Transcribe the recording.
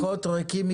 דוחות ריקים מתוכן.